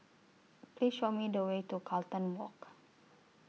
Please Show Me The Way to Carlton Walk